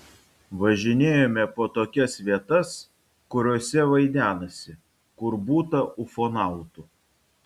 važinėjome po tokias vietas kuriose vaidenasi kur būta ufonautų